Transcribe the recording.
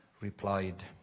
replied